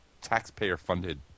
taxpayer-funded